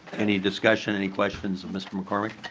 any discussion any questions for mr. mccormick?